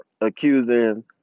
accusing